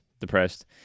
depressed